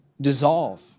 dissolve